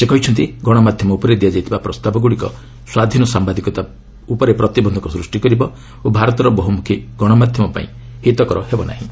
ସେ କହିଛନ୍ତି ଗଣମାଧ୍ୟମ ଉପରେ ଦିଆଯାଇଥିବା ପ୍ରସ୍ତାବଗୁଡ଼ିକ ସ୍ୱାଧୀନ ସାମ୍ବାଦିକତା ଉପରେ ପ୍ରତିବନ୍ଧକ ସୃଷ୍ଟି କରିବ ଓ ଭାରତର ବହୁମୁଖୀ ଗଣମାଧ୍ୟମ ପାଇଁ ହିତକର ହେବ ନାହିଁ